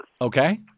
Okay